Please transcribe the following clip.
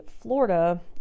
Florida